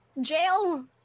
jail